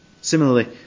Similarly